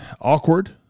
Awkward